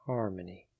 Harmony